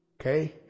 Okay